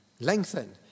lengthen